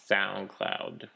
SoundCloud